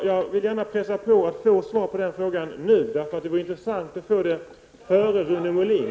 Jag vill gärna pressa på för att få svar på den frågan nu, därför att det vore intressant att få det före Rune Molin.